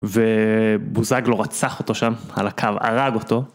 ובוזגלו רצח אותו שם, על הקו, הרג אותו.